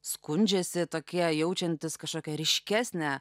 skundžiasi tokie jaučiantys kažkokią ryškesnę